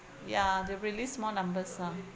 ya they release more numbers ah